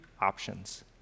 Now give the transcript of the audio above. options